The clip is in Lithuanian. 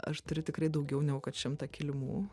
aš turiu tikrai daugiau negu kad šimtą kilimų